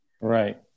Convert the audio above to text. Right